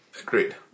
agreed